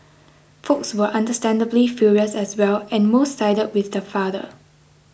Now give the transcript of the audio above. Folks were understandably furious as well and most sided with the father